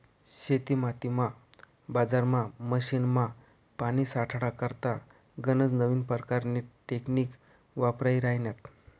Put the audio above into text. शेतीमातीमा, बजारमा, मशीनमा, पानी साठाडा करता गनज नवीन परकारनी टेकनीक वापरायी राह्यन्यात